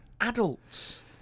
adults